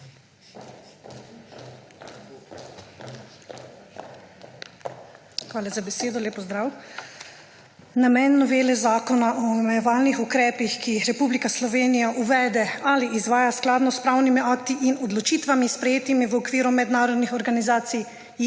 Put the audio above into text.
Hvala za besedo. Lep pozdrav! Namen novele Zakona o omejevalnih ukrepih, ki jih Republika Slovenija uvede ali izvaja skladno s pravnimi akti in odločitvami, sprejetimi v okviru mednarodnih organizacij,